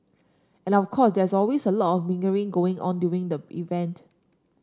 and of course there is always a lot of mingling going on during the event